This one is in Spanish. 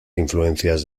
influencias